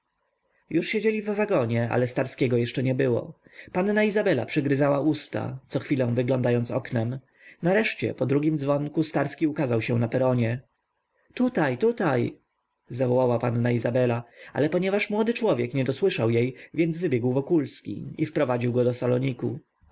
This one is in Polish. już siedzieli w wagonie ale starskiego jeszcze nie było panna izabela przygryzała usta cochwilę wyglądając oknem nareszcie po drugim dzwonku starski ukazał się na peronie tutaj tutaj zawołała panna izabela ale ponieważ młody człowiek nie dosłyszał jej więc wybiegł wokulski i wprowadził go do saloniku